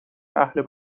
اهل